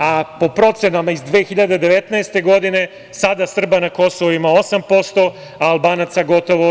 A po procenama iz 2019. godine, sada Srba na Kosovu ima 8%, a Albanaca gotovo 90%